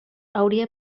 hauria